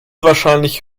wahrscheinlich